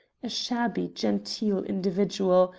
a shabby-genteel individual,